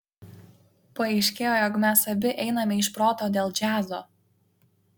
paaiškėjo jog mes abi einame iš proto dėl džiazo